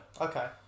Okay